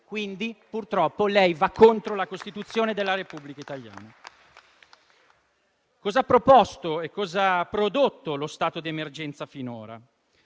Quindi, purtroppo, lei va contro la Costituzione della Repubblica Italiana. Cosa ha prodotto lo stato d'emergenza finora?